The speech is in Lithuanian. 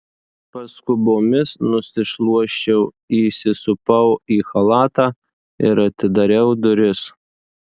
paskubomis nusišluosčiau įsisupau į chalatą ir atidariau duris